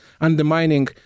undermining